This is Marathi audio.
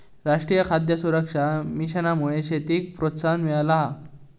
राष्ट्रीय खाद्य सुरक्षा मिशनमुळा शेतीक प्रोत्साहन मिळाला हा